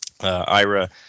Ira